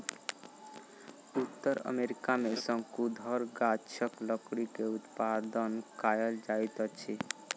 उत्तर अमेरिका में शंकुधर गाछक लकड़ी के उत्पादन कायल जाइत अछि